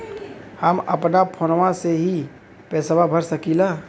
हम अपना फोनवा से ही पेसवा भर सकी ला?